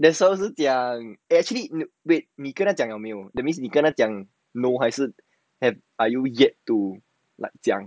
that's why 我是讲 eh actually wait 你跟他讲了没有 that means 你跟他讲 no 还是 have haven't yet to 讲